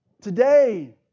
today